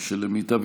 תודה רבה.